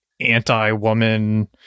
anti-woman